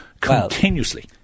continuously